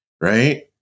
Right